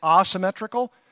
asymmetrical